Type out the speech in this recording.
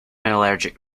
allergic